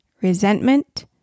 resentment